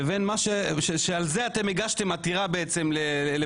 לבין מה שעל זה אתם הגשתם עתירה לבית המשפט העליון.